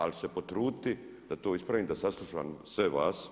Ali ću se potruditi da to ispravim, da saslušam sve vas.